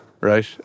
right